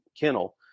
kennel